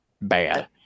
bad